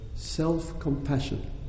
Self-compassion